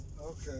Okay